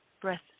breath